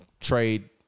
Trade